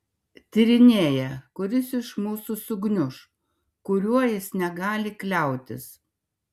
tyrinėja kuris iš mūsų sugniuš kuriuo jis negali kliautis